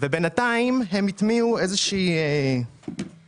ובינתיים הם הטמיעו איזה שהוא תהליך